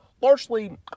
largely